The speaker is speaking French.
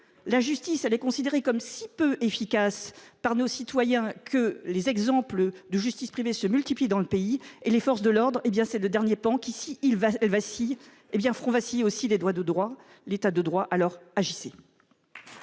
la justice elle est considérée comme si peu efficace par nos citoyens que les exemples de justice se multiplient dans le pays et les forces de l'ordre et bien ces 2 derniers pans qu'ici il va, elle va vacille est bien feront vaciller aussi les doigts de droits. L'état de droit. Alors, agissez.